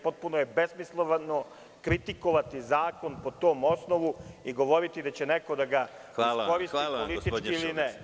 Potpuno je besmisleno kritikovati zakon po tom osnovu i govoriti da će neko da ga iskoristi politički ili ne.